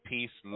peace